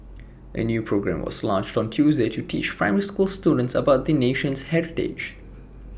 A new programme was launched on Tuesday to teach primary school students about the nation's heritage